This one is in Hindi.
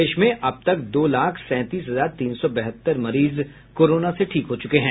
प्रदेश में अब तक दो लाख सैंतीस हजार तीन सौ बहत्तर मरीज कोरोना से ठीक हो चुके हैं